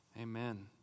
Amen